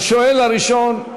השואל הראשון,